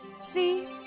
See